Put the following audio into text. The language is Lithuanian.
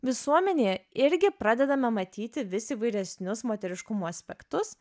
visuomenėje irgi pradedame matyti vis įvairesnius moteriškumo aspektus